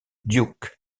duke